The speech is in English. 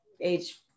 age